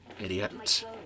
idiot